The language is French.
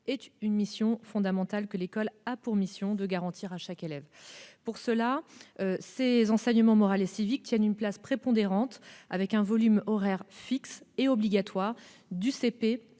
est une mission fondamentale de l'école, doit être garantie à chaque élève. Pour cela, l'enseignement moral et civique tient une place prépondérante ; il est doté d'un volume horaire fixe et obligatoire du